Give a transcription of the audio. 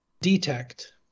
detect